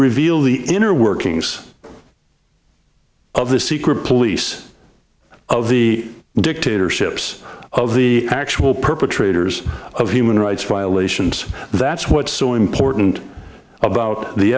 reveal the inner workings of the secret police of the dictatorships of the actual perpetrators of human rights violations that's what's so important about the